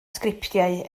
sgriptiau